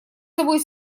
собой